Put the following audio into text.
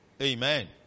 Amen